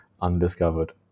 undiscovered